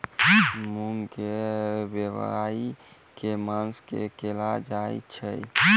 मूँग केँ बोवाई केँ मास मे कैल जाएँ छैय?